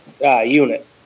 unit